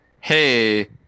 hey